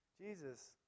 Jesus